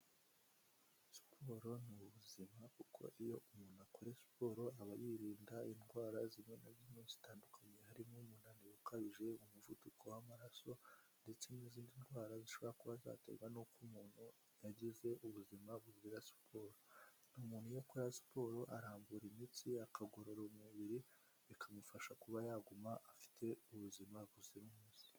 Siporo ni ubuzima kuko iyo umuntu akora siporo aba yirinda indwara zimwe na zimwe zitandukanye, harimo umunaniro ukabije, umuvuduko w'amaraso ndetse n'izindi ndwara zishobora kuba zaterwa n'uko umuntu yagize ubuzima buzira siporo. Umuntu iyo akora siporo arambura imitsi, akagorora umubiri, bikamufasha kuba yaguma afite ubuzima buzira umuze.